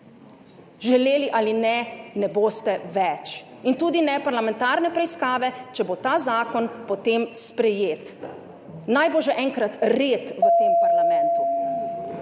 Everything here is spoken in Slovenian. Želeli ali ne, ne boste več. In tudi ne parlamentarne preiskave, če bo ta zakon potem sprejet. Naj bo že enkrat red v tem parlamentu!